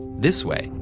this way,